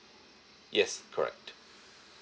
yes correct